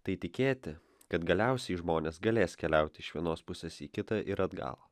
tai tikėti kad galiausiai žmonės galės keliauti iš vienos pusės į kitą ir atgal